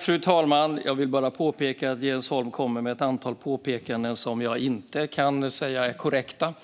Fru talman! Jag vill bara påpeka att Jens Holm kommer med ett antal påståenden som jag inte kan säga är korrekta,